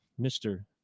Mr